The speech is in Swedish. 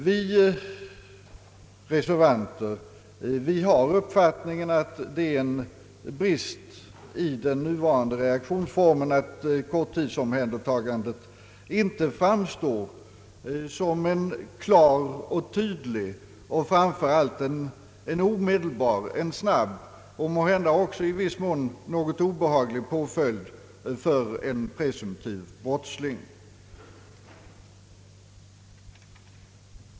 Vi reservanter har uppfattningen att det är en brist i de nuvarande reaktionsformerna att korttidsomhändertagandet inte framstår som en klar och tydlig och framför allt en omedelbar, en snabb och måhända också i viss mån något obehaglig påföljd för en presumtiv brottsling.